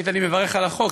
ראשית, אני מברך על החוק.